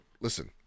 listen